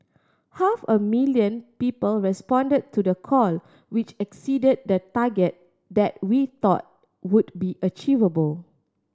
half a million people respond to the call which exceed the target that we thought would be achievable